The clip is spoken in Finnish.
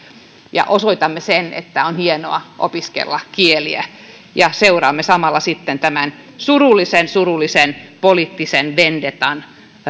ja osoitamme sen että on hienoa opiskella kieliä ja seuraamme samalla sitten tämän surullisen surullisen poliittisen vendettan